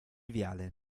viale